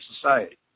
society